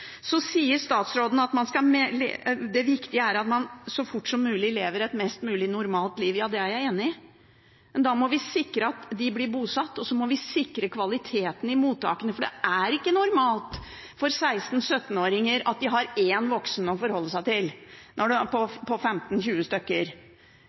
det viktige er at man så fort som mulig lever et mest mulig normalt liv. Ja, det er jeg enig i, men da må vi sikre at de blir bosatt, og vi må sikre kvalitet i mottakene, for det er ikke normalt for 16–17-åringer å ha én voksen på 15–20 stykker å forholde seg til.